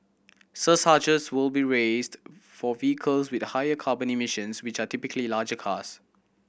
surcharges will be raised for vehicles with higher carbon emissions which are typically larger cars